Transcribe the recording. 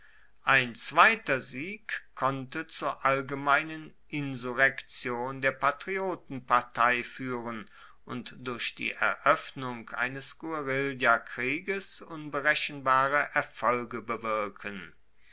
ein zweiter sieg konnte zur allgemeinen insurrektion der patriotenpartei fuehren und durch die eroeffnung eines guerillakrieges unberechenbare erfolge bewirken